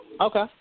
Okay